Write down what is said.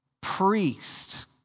priest